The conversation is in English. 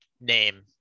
name